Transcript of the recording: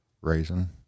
raisin